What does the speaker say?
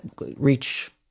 reach